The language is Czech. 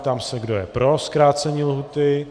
Ptám se, kdo je pro zkrácení lhůty.